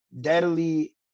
deadly